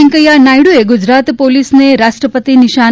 વૈકૈયા નાયડુએ ગુજરાત પોલીસને રાષ્ટ્રપતિ નિશાન